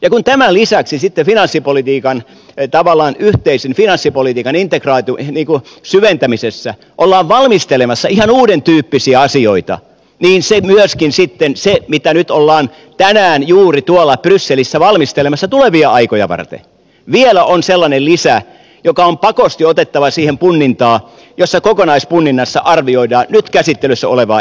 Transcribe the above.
kun tämän lisäksi sitten finanssipolitiikan tavallaan yhteisen finanssipolitiikan syventämisessä ollaan valmistelemassa ihan uudentyyppisiä asioita niin myöskin sitten se mitä nyt ollaan tänään juuri tuolla brysselissä valmistelemassa tulevia aikoja varten vielä on sellainen lisä joka on pakosti otettava siihen punnintaan jossa kokonaispunninnassa arvioidaan nyt käsittelyssä olevaa esitystä